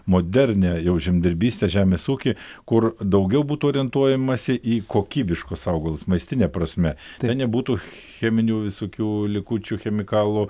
modernią jau žemdirbystę žemės ūky kur daugiau būtų orientuojamasi į kokybiškus augalus maistine prasme ten nebūtų cheminių visokių likučių chemikalų